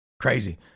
Crazy